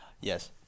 Yes